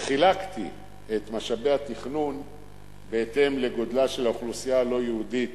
חילקתי את משאבי התכנון בהתאם לגודלה של האוכלוסייה הלא-יהודית